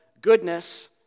goodness